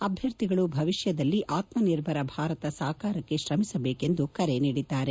ಅಭ್ಯರ್ಥಿಗಳು ಭವಿಷ್ಯದಲ್ಲಿ ಆತ್ನನಿರ್ಭರ ಭಾರತ ಸಾಕಾರಕ್ಷೆ ಶ್ರಮಿಸಬೇಕು ಎಂದು ಕರೆ ನೀಡಿದ್ದಾರೆ